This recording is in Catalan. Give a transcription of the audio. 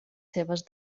seves